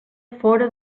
fóra